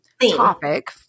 topic